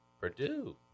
Purdue